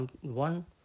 one